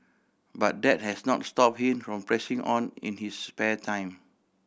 but that has not stop him from pressing on in his spare time